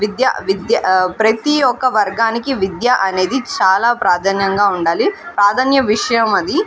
విద్య విద్య ప్రతీ ఒక్క వర్గానికి విద్య అనేది చాలా ప్రాధాన్యతగా ఉండాలి ప్రాధాన్యత విషయం అది